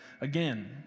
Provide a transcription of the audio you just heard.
again